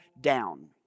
down